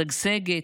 משגשגת.